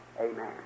Amen